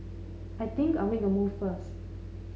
I think I'll make a move first